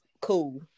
cool